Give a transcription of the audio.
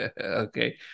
Okay